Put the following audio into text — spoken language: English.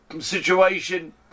situation